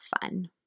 fun